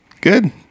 good